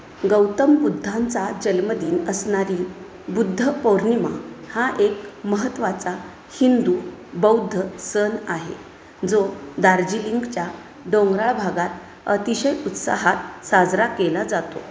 गौतम बुद्धांचा जन्मदिन असणारी बुद्ध पौर्णिमा हा एक महत्वाचा हिंदू बौद्ध सण आहे जो दार्जिलिंगच्या डोंगराळ भागात अतिशय उत्साहात साजरा केला जातो